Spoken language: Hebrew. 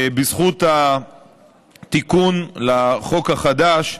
בזכות תיקון החוק החדש,